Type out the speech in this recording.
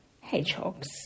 Hedgehogs